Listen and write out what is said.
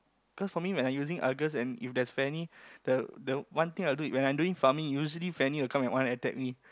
cause for me when I using Argus and if there's Fanny the the one thing I'll do when I'm doing farming usually Fanny will come and wanna attack me